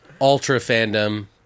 ultra-fandom